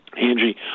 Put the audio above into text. Angie